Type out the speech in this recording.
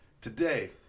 Today